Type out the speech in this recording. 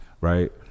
right